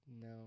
no